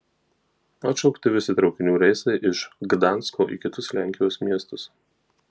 atšaukti visi traukinių reisai iš gdansko į kitus lenkijos miestus